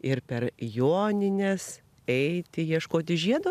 ir per jonines eiti ieškoti žiedo